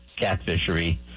catfishery